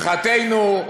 לשמחתנו,